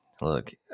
look